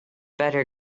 better